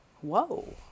whoa